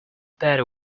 better